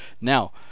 Now